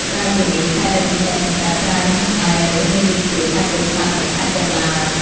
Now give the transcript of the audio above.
ក្រៅពីនេះ ខេត្តដែលចិញ្ចឹមកង្កែបច្រើនដែរនោះមានដូចជា ខេត្តពោធិ៍សាត់ និង ខេត្តកណ្ដាល។